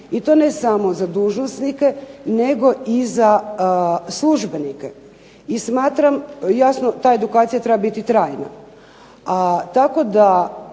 i to ne samo za dužnosnike nego i za službenike. I smatram jasno ta edukacija treba biti trajna tako da